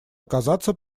оказаться